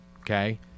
Okay